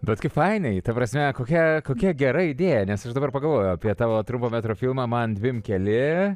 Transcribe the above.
bet kap fainiai ta prasme kokia kokia gera idėja nes aš dabar pagalvojau apie tavo trumpo metro filmą man dvim keli